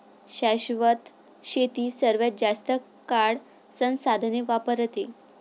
शाश्वत शेती सर्वात जास्त काळ संसाधने वापरते